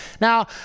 Now